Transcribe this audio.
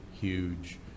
huge